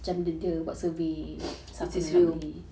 since it's real